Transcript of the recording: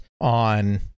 on